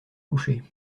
couchés